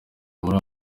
muri